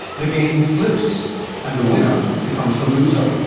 the game flips and the winner becomes the loser.